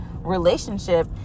relationship